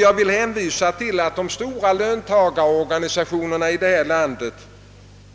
Jag vill hänvisa till att de stora löntagarorganisationerna,